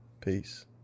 Peace